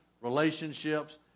relationships